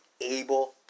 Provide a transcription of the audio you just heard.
able